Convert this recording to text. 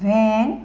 van